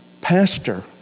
pastor